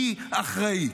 היא אחראית.